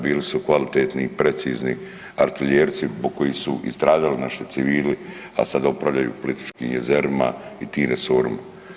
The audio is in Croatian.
Bili su kvalitetni, precizni artiljerci zbog kojih su i stradali naši civili, a sada upravljaju Plitvičkim jezerima i tim resorima.